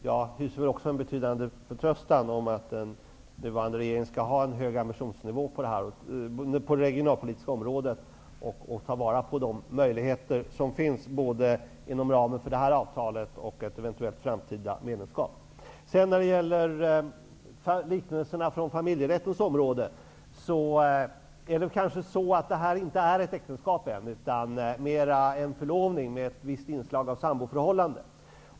Jag hyser också en betydande förtröstan om att den nuvarande regeringen har en hög ambitionsnivå när det gäller det regionalpolitiska området och tar vara på de möjligheter som finns inom ramen för Vad beträffar liknelserna från familjerättens område, är det väl ännu inte fråga om ett äktenskap, utan det är mera som en förlovning med ett visst inslag av ett samboförhållande.